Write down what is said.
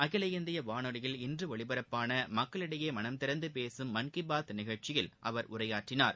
அகில இந்திய வானொலியில் இன்று ஒலிபரப்பான மக்களிடையே மனந்திறந்து பேசும் மன் கி பாத் நிகழ்ச்சியில் அவர் இன்று உரையாற்றினார்